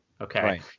Okay